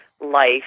life